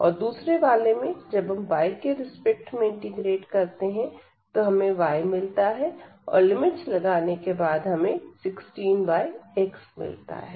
और दूसरे वाले में जब हम yके रिस्पेक्ट में इंटीग्रेट करते हैं तो हमें y मिलता है और लिमिट्स लगाने के बाद हमें 16xमिलता है